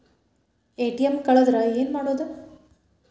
ATM ಕಳದ್ರ ಏನು ಮಾಡೋದು?